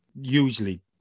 usually